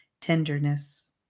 tenderness